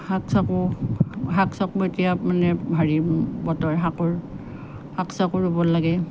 শাক চাকো শাক চাকো এতিয়া মানে হেৰি বতৰ শাকৰ শাক চাকো ৰুব লাগে